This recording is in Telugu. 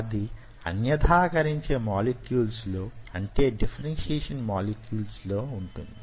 అది అన్యధాకరించే మోలిక్యూల్స్ లో అంటే డిఫరన్షియేషన్ మోలిక్యూల్స్ లో వుంటుంది